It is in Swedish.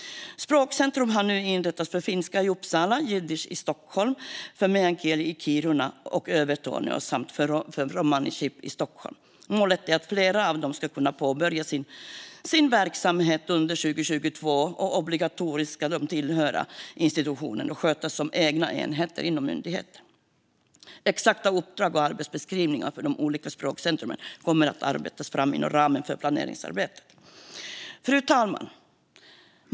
Språkcentrum har nu inrättats för finska i Uppsala, jiddisch i Stockholm, meänkieli i Kiruna och Övertorneå samt för romani chib i Stockholm. Målet var att flera av dem skulle ha kunnat påbörja sin verksamhet under 2022. Organisatoriskt ska de tillhöra institutionen men skötas som egna enheter inom myndigheten. Exakta uppdrag och arbetsbeskrivningar för de olika språkcentrumen kommer att arbetas fram inom ramen för planeringsarbetet. Fru talman!